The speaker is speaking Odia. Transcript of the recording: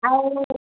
ଆଉ